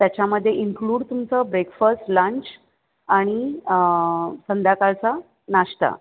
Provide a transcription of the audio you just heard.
त्याच्यामध्ये इन्क्लूड तुमचं breakfast lunch आणि संध्याकाळचा नाश्ता